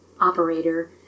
operator